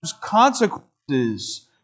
consequences